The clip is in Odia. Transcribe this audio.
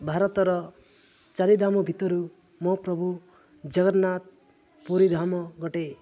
ଭାରତର ଚାରିଧାମ ଭିତରୁ ମୋ ପ୍ରଭୁ ଜଗନ୍ନାଥ ପୁରୀଧାମ ଗୋଟେ